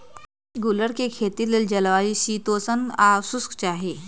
गुल्लर कें खेती लेल जलवायु शीतोष्ण आ शुष्क चाहि